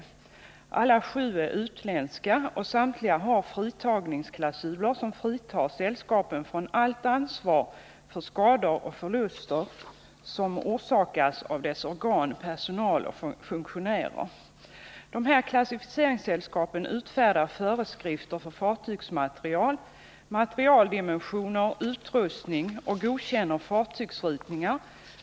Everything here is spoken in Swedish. Alla sju är utländska och samtliga har fritagningsklausuler som fritar sällskapen från allt ansvar för skador och förluster som orsakas av dess organ, personal och funktionärer. De här klassificeringssällskapen utfärdar föreskrifter för fartygsmaterial, materialdimensioner, utrustning, och de godkänner fartygsritningar.